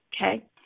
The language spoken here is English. okay